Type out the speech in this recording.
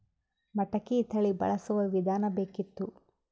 ಮಟಕಿ ತಳಿ ಬಳಸುವ ವಿಧಾನ ಬೇಕಿತ್ತು?